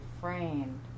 framed